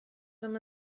som